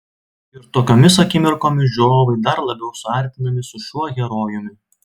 ir tokiomis akimirkomis žiūrovai dar labiau suartinami su šiuo herojumi